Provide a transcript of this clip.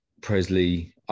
Presley